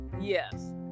Yes